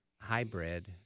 hybrid